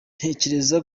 ntekereza